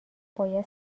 باید